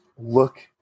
look